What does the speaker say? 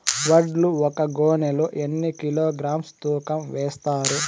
వడ్లు ఒక గోనె లో ఎన్ని కిలోగ్రామ్స్ తూకం వేస్తారు?